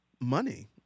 money